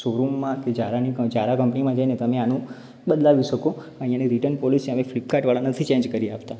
show રૂમમાં કે ઝારાની ઝારા કંપનીમાં જઈને તમે આને બદલાવી શકો અહીંયાની રીટર્ન પૉલીસી અમે ફ્લિપકાર્ટવાળા નથી ચેન્જ કરી આપતા